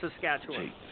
Saskatchewan